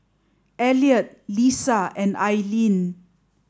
Elliott Lissa and Aileen